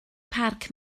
parc